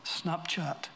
Snapchat